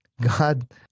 God